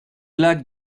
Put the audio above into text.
lac